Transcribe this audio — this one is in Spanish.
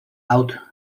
out